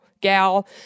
gal